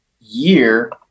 year